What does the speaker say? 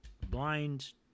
blind